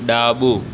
ડાબું